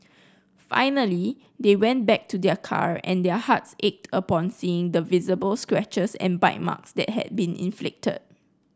finally they went back to their car and their hearts ached upon seeing the visible scratches and bite marks that had been inflicted